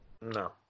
No